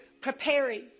preparing